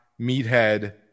meathead